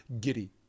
giddy